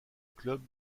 club